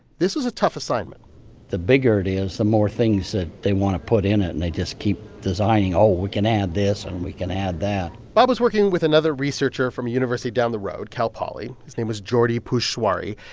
this was a tough assignment the bigger it is, the more things that they want to put in it. and they just keep designing oh, we can add this, and we can add bob was working with another researcher from a university down the road, cal poly. his name was jordi puig-suari.